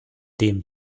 dem